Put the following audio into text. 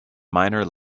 minor